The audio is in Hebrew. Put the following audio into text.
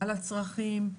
על הצרכים,